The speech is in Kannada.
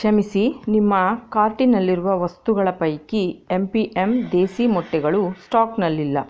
ಕ್ಷಮಿಸಿ ನಿಮ್ಮ ಕಾರ್ಟಿನಲ್ಲಿರುವ ವಸ್ತುಗಳ ಪೈಕಿ ಎಂ ಪಿ ಎಂ ದೇಸಿ ಮೊಟ್ಟೆಗಳು ಸ್ಟಾಕ್ನಲ್ಲಿಲ್ಲ